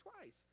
twice